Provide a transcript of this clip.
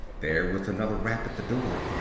there was another rap at the door.